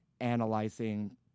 analyzing